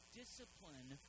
discipline